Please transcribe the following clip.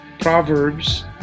Proverbs